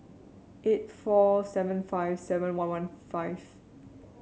eight four seven five seven one one five